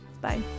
Bye